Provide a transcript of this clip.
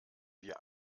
wir